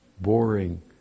boring